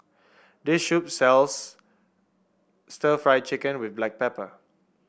this shop sells Stir Fried Chicken with Black Pepper